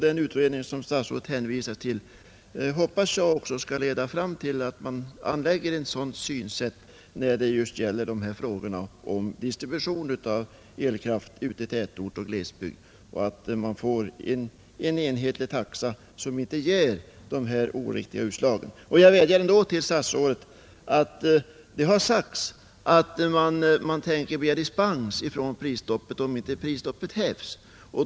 Den utredning som statsrådet hänvisar till hoppas jag skall leda fram till att man anlägger ett sådant synsätt just när det gäller frågan om distribution av elkraft i tätorter och glesbygd så att man får en enhetlig taxa som inte ger dessa oriktiga utslag på landsbygden. Jag vädjar ändå till statsrådet. Det har sagts att Vattenfall tänker begära dispens från prisstoppet om inte prisstoppet hävs.